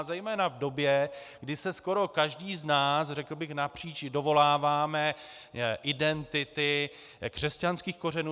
Zejména v době, kdy se skoro každý z nás, řekl bych napříč, dovoláváme identity křesťanských kořenů.